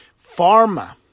pharma